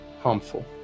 harmful